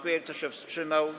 Kto się wstrzymał?